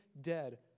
dead